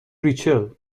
ریچل